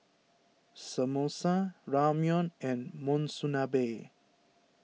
Samosa Ramyeon and Monsunabe